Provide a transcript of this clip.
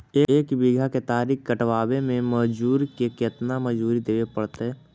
एक बिघा केतारी कटबाबे में मजुर के केतना मजुरि देबे पड़तै?